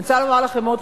אני רוצה לומר לכם עוד,